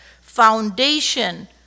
foundation